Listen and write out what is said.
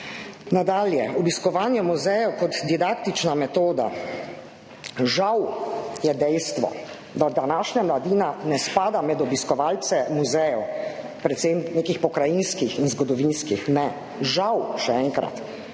Nadalje, obiskovanje muzejev kot didaktična metoda. Žal je dejstvo, da današnja mladina ne spada med obiskovalce muzejev, predvsem nekih pokrajinskih in zgodovinskih ne. Žal, še enkrat.